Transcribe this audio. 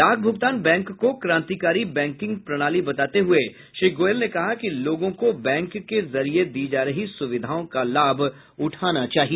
डाक भूगतान बैंक को क्रांतिकारी बैंकिंग प्रणाली बताते हुए श्री गोयल ने कहा कि लोगों को बैंक के जरिए दी जा रही सुविधाओं का लाभ उठाना चाहिए